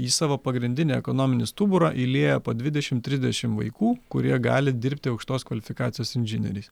į savo pagrindinį ekonominį stuburą įlieja po dvidešim trisdešim vaikų kurie gali dirbti aukštos kvalifikacijos inžinieriais